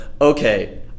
okay –